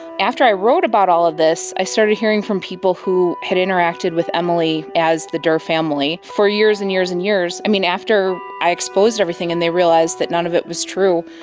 after i wrote about all of this, i started hearing from people who had interacted with emily as the dirr family. for years and years and years, i mean, after i exposed everything and they realised that none of it was true,